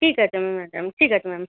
ঠিক আছে ম্যাডাম ঠিক আছে ম্যাম